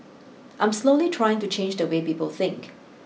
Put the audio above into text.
I'm slowly trying to change the way people think